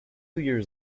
years